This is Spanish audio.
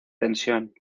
tensión